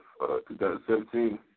2017